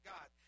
God